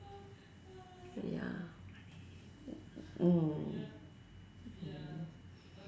ya mm